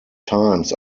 times